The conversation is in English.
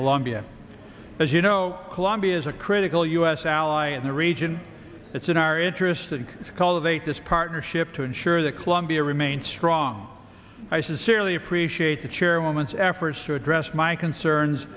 colombia as you know colombia is a critical u s ally in the region it's in our interest and it's call of eight this partnership to ensure that colombia remain strong i sincerely appreciate that your woman's efforts to address my concerns